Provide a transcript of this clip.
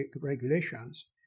regulations